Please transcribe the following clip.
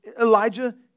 Elijah